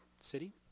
City